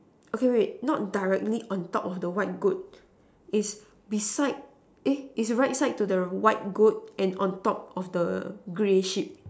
okay wait not directly on top of the white goat it's beside eh it's right side to the white goat and on top of the grey sheep